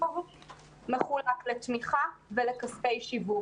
תמיכה וכספי שיווק.